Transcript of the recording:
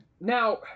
Now